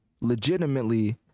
legitimately